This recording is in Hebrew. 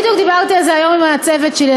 בדיוק דיברתי על זה היום עם הצוות שלי.